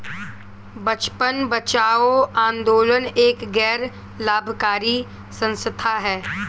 बचपन बचाओ आंदोलन एक गैर लाभकारी संस्था है